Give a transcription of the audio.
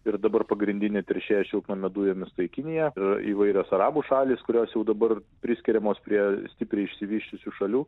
ir dabar pagrindinė teršėja šiltnamio dujomis tai kinija ir įvairios arabų šalys kurios jau dabar priskiriamos prie stipriai išsivysčiusių šalių